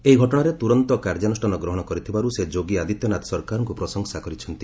ଏହି ଘଟଣାରେ ତୁରନ୍ତ କାର୍ଯ୍ୟାନୁଷ୍ଠାନ ଗ୍ରହଣ କରିଥିବାରୁ ସେ ଯୋଗୀ ଆଦିତ୍ୟନାଥ ସରକାରଙ୍କୁ ପ୍ରଶଂସା କରିଛନ୍ତି